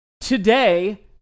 today